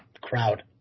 crowd